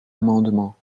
amendement